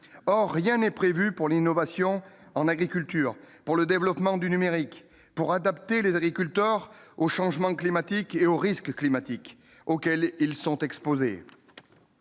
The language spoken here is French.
or rien n'est prévu pour l'innovation en agriculture pour le développement du numérique pour adapter les agriculteurs au changement climatique et aux risques climatiques auxquels ils sont exposés.